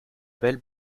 belle